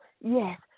yes